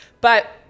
But-